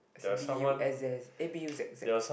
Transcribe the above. B U S S eh B U Z Z